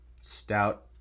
stout